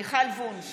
מיכל וונש,